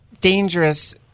dangerous